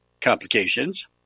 complications